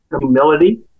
humility